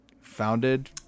founded